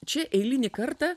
čia eilinį kartą